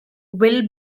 will